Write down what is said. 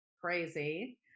crazy